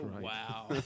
wow